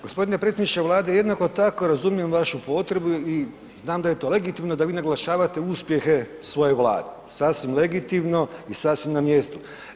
G. predsjedniče Vlade, jednako tako razumijem vašu potrebu i znam da je to legitimno da vi naglašavate uspjehe svoje Vlade, sasvim legitimno i sasvim na mjestu.